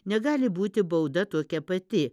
negali būti bauda tokia pati